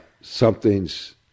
Something's